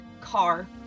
car